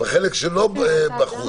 בחלק שלא בחוץ,